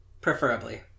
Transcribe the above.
Preferably